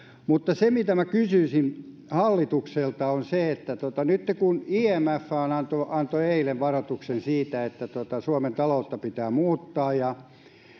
mutta se mitä minä kysyisin hallitukselta on se että kun imf antoi antoi eilen varoituksen siitä että suomen taloutta pitää muuttaa ja